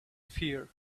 fear